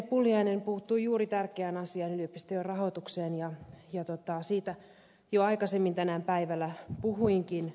pulliainen puuttui juuri tärkeään asiaan yliopistojen rahoitukseen ja siitä jo aikaisemmin tänään päivällä puhuinkin